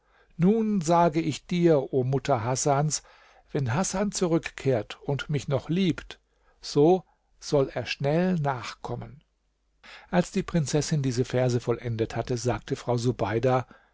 nun sage ich dir o mutter hasans wenn hasan zurückkehrt und mich noch liebt so soll er schnell nachkommen als die prinzessin diese verse vollendet hatte sagte frau subeida